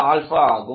ஆகும்